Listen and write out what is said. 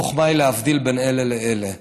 החוכמה היא להבדיל בין אלה לאלה.